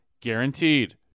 guaranteed